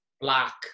Black